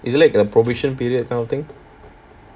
isn't that like probation period kind of thing